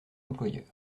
employeurs